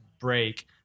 break